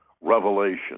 revelation